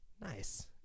Nice